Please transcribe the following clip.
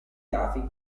dati